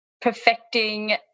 perfecting